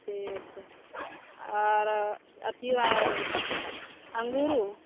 ठीक छै आरो अथियो आ अङ्गूरो